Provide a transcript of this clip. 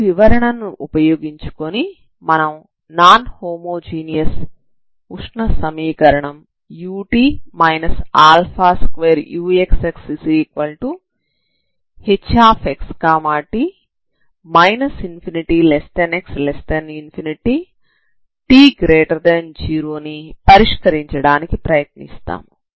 ఈ వివరణను ఉపయోగించుకొని మనం నాన్ హోమో జీనియస్ ఉష్ణ సమీకరణం ut 2uxxhxt ∞x∞ t0 ని పరిష్కరించడానికి ప్రయత్నిస్తాము